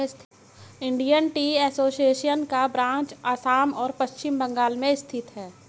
Indian tea association का branch Assam और पश्चिम बंगाल में स्थित है